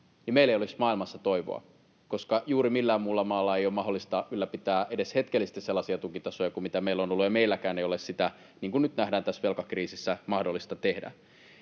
niin meillä ei olisi maailmassa toivoa, koska juuri millään muulla maalla ei ole mahdollista ylläpitää edes hetkellisesti sellaisia tukitasoja kuin mitä meillä on ollut, ja meilläkään ei ole sitä — niin kuin nyt nähdään tässä velkakriisissä — mahdollista tehdä.